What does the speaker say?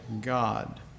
God